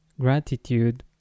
gratitude